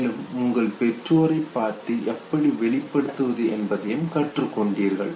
மேலும் உங்கள் பெற்றோரை பார்த்து எப்படி வெளிப்படுத்துவது என்பதையும் கற்றுக் கொண்டீர்கள்